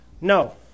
no